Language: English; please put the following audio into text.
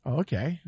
okay